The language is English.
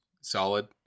solid